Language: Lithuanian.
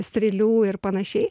strėlių ir panašiai